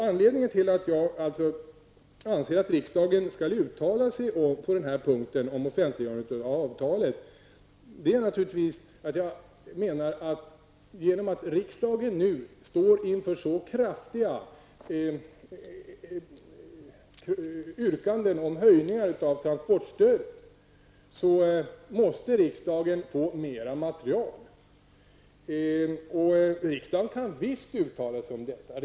Anledningen till att jag anser att riksdagen skall uttala sig för ett offentliggörande av avtalet är naturligtvis att jag menar att riksdagen, genom att man nu står inför så kraftiga yrkanden om höjningar av transportstödet, måste få in mera material. Riksdagen har full frihet att uttala sig om detta.